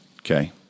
okay